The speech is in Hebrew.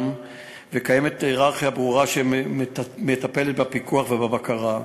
ויש הייררכיה ברורה שמטפלת בפיקוח ובבקרה,